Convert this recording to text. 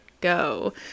go